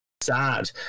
sad